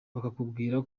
bakakubwira